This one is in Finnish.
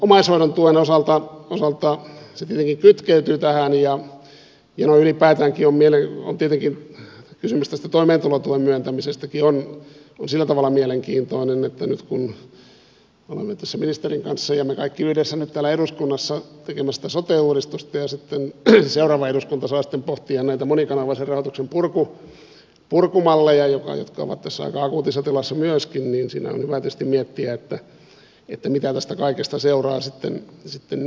omaishoidon tuen osalta se tietenkin kytkeytyy tähän on tietenkin kysymys tästä toimeentulotuen myöntämisestä ja noin ylipäätäänkin se on sillä tavalla mielenkiintoinen että nyt kun olemme tässä ministerin kanssa ja me kaikki yhdessä täällä eduskunnassa tekemässä sitä sote uudistusta ja seuraava eduskunta saa sitten pohtia näitä monikanavaisen rahoituksen purkumalleja jotka ovat tässä aika akuutissa tilassa myöskin siinä on hyvä tietysti miettiä että mitä tästä kaikesta seuraa sitten näihin